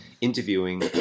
interviewing